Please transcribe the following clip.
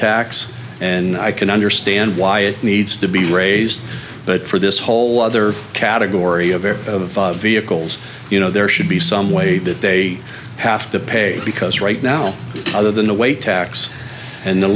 tax and i can understand why it needs to be raised but for this whole other category of air vehicles you know there should be some way that they have to pay because right now other than the way tax and the